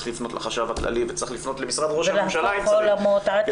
לפנות לחשב הכללי וצריך לפנות למשרד רוה"מ אם צריך,